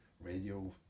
radio